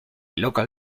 local